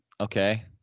okay